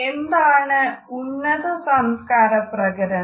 എന്താണ് ഉന്നത സംസ്കാര പ്രകരണം